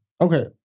Okay